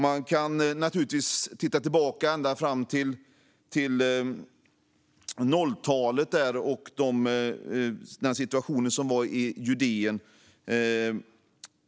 Man kan naturligtvis titta tillbaka ända till nolltalet och den situation som rådde i Judeen.